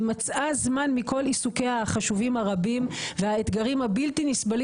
היא מצאה זמן מכל עיסוקיה החשובים הרבים והאתגרים הבלתי נסבלים